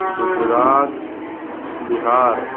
Gujarat Bihar